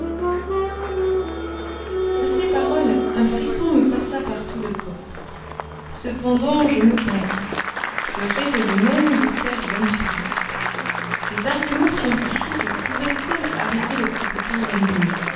a ces paroles un frisson me passa par tout le corps cependant je me contins je résolus même de faire bonne figure des arguments scientifiques pouvaient seuls arrêter le professeur